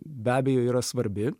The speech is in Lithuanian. be abejo yra svarbi